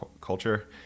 culture